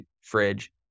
fridge